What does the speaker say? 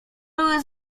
były